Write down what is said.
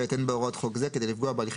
(ב) אין בהוראות חוק זה כדי לפגוע בהליכי